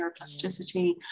neuroplasticity